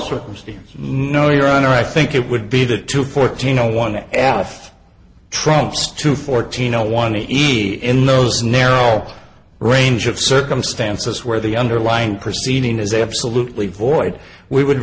circumstances no your honor i think it would be the two fourteen zero one alf trumps two fourteen zero one easy in those narrow range of circumstances where the underlying proceeding is a absolutely void we would